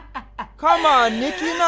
c'mon, nicki.